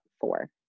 four